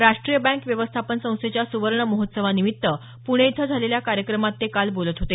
राष्ट्रीय बँक व्यवस्थापन संस्थेच्या सुवर्ण महोत्सवानिमित्त प्णे इथं झालेल्या कार्यक्रमात ते काल बोलत होते